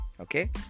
Okay